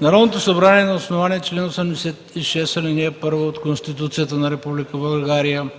„Народното събрание на основание на чл. 86, ал. 1 от Конституцията на